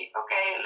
okay